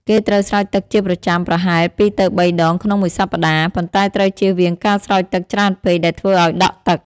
គេត្រូវស្រោចទឹកជាប្រចាំ ប្រហែល ២ទៅ ៣ ដងក្នុងមួយសប្តាហ៍ ប៉ុន្តែត្រូវជៀសវាងការស្រោចទឹកច្រើនពេកដែលធ្វើឱ្យដក់ទឹក។